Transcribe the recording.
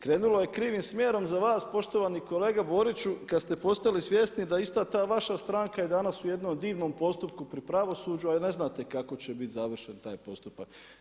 Krenulo je krivim smjerom za vas poštovani kolega Boriću kad ste postali svjesni da ista ta vaša stranka je danas u jednom divnom postupku pri pravosuđu a ne znate kako će biti završen taj postupak.